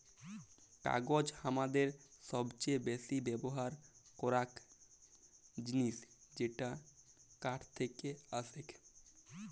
কাগজ হামাদের সবচে বেসি ব্যবহার করাক জিনিস যেটা কাঠ থেক্কে আসেক